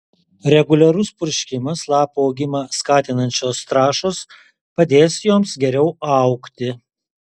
reguliarus purškimas lapų augimą skatinančios trąšos padės joms geriau augti